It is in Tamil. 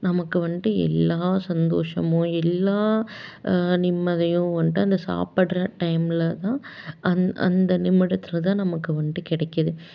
நமக்கு வந்துட்டு எல்லா சந்தோஷமும் எல்லா நிம்மதியும் வந்துட்டு அந்த சாப்பிட்ற டைமில் தான் அந் அந்த நிமிடத்தில் தான் நமக்கு வந்துட்டு கிடைக்குது